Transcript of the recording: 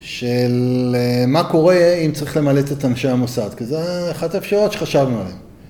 של מה קורה אם צריך למלט את אנשי המוסד, כי זו אחת האפשרות שחשבנו עליהן.